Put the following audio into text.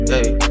Hey